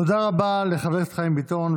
תודה רבה לחבר חיים ביטון,